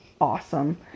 awesome